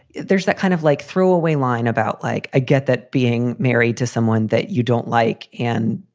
there's that kind of, like, throwaway line about like i get that being married to someone that you don't like. and,